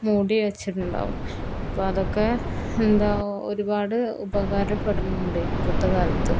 മൂടി വെച്ചിട്ടുണ്ടാകും അപ്പം അതൊക്കെ എന്താ ഒരുപാട് ഉപകാരപ്പെടുന്നുണ്ട് ഇപ്പോഴത്തെ കാലത്ത്